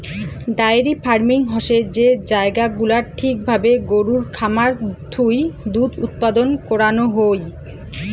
diary farming হসে যে জায়গা গুলাত ঠিক ভাবে গরুর খামার থুই দুধ উৎপাদন করানো হুই